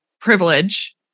privilege